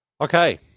Okay